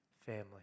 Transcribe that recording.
family